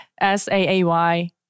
S-A-A-Y